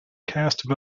cast